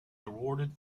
awarded